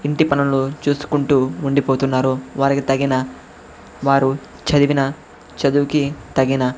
ఇంటి పనులు చూసుకుంటూ ఉండిపోతున్నారు వారికి తగిన వారు చదివిన చదువుకి తగిన